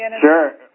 Sure